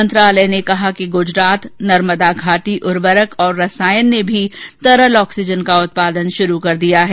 मंत्रालय ने कहा कि गूजरात नर्मदा घाटी उर्वरक और रसायन ने भी तरल ऑक्सीजन का उत्पादन शुरू कर दिया है